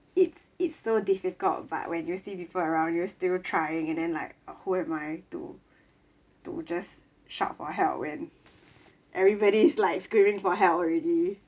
it's it's still difficult but when you see people around you still trying and then like uh who am I to to just shout for help when everybody is like screaming for help already